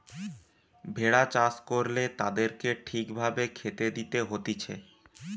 ভেড়া চাষ করলে তাদেরকে ঠিক ভাবে খেতে দিতে হতিছে